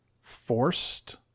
forced